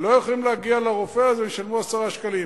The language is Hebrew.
לא יכולים להגיע לרופא, אז ישלמו 10 שקלים.